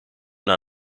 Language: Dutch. naar